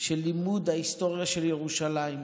של לימוד ההיסטוריה של ירושלים,